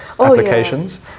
applications